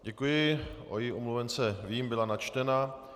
Děkuji, o její omluvence vím, byla načtena.